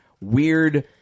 weird